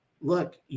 look